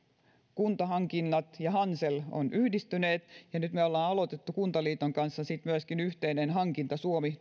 kuntahankinnat ja hansel ovat yhdistyneet ja nyt me olemme aloittaneet kuntaliiton kanssa sitten myöskin yhteisen hankinta suomi